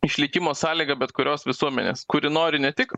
išlikimo sąlyga bet kurios visuomenės kuri nori ne tik